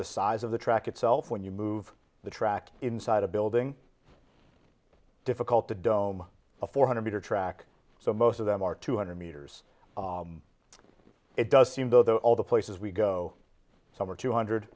the size of the track itself when you move the track inside a building difficult to dome a four hundred metre track so most of them are two hundred metres it does seem though there are all the places we go some are two hundred